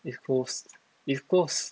it's closed it's closed